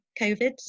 COVID